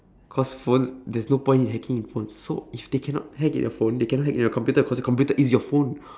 cause phones there's no point in hacking in phones so if they cannot hack in your phone they cannot hack in your computer because your computer is your phone